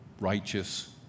righteous